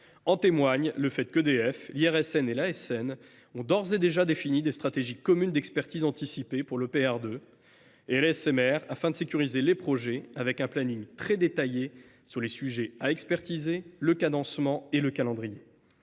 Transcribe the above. En témoigne le fait qu’EDF, l’IRSN et l’ASN ont d’ores et déjà défini des stratégies communes d’expertise anticipée pour l’EPR2 et les SMR, afin de sécuriser les projets, avec un cahier des charges très détaillé sur les sujets à expertiser, le cadencement et le calendrier.